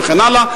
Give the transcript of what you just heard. וכן הלאה.